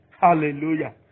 Hallelujah